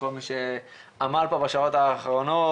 לכל מי שעמל בשעות האחרונות,